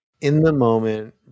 in-the-moment